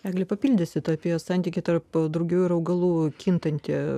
egle papildysite apie santykį tarp drugių ir augalų kintanti